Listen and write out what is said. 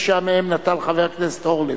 תשעה מהם נטל חבר הכנסת אורלב.